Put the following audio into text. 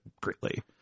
greatly